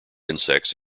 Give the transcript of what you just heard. insects